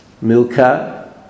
Milka